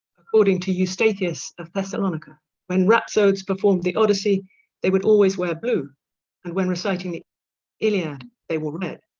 according to eustathius of thessalonica when rhapsodes performed the odyssey they would always wear blue and when reciting the iliad they wore red.